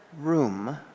room